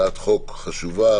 הצעת חוק חדלות פירעון